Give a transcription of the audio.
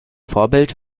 vorbild